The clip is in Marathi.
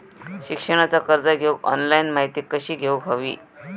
शिक्षणाचा कर्ज घेऊक ऑनलाइन माहिती कशी घेऊक हवी?